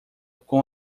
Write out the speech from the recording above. com